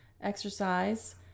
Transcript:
exercise